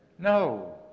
No